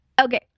okay